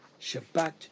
Shabbat